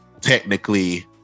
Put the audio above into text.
technically